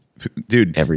Dude